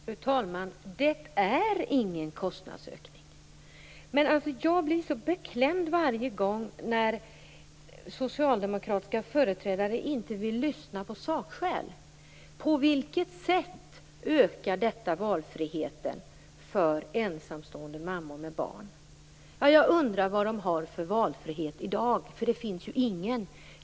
Fru talman! Det är ingen kostnadsökning. Jag blir så beklämd varje gång när socialdemokratiska företrädare inte vill lyssna på sakskäl. De frågar: På vilket sätt ökar detta valfriheten för ensamstående mammor? Jag undrar vilken valfrihet de har i dag - det finns ju ingen valfrihet.